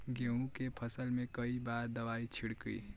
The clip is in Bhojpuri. गेहूँ के फसल मे कई बार दवाई छिड़की?